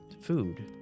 food